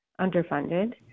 underfunded